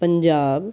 Punjab